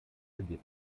ergebnis